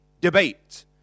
debate